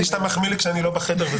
10:31) הבנתי שאתה מחמיא לי כשאני לא בחדר.